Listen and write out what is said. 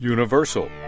Universal